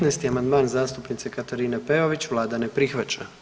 15. amandman zastupnice Katarine Peović, Vlada ne prihvaća.